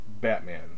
Batman